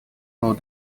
был